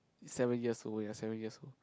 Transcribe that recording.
seven years old ya seven years old